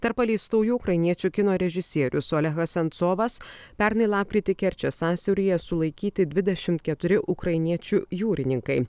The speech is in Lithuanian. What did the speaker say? tarp paleistųjų ukrainiečių kino režisierius olehas sencovas pernai lapkritį kerčės sąsiauryje sulaikyti dvidešimt keturi ukrainiečių jūrininkai